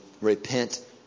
repent